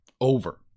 Over